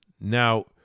Now